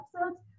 episodes